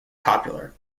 popular